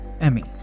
Emmy